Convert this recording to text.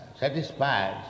Satisfied